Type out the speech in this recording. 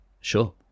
Sure